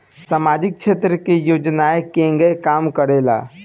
सामाजिक क्षेत्र की योजनाएं केगा काम करेले?